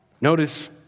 Notice